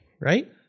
right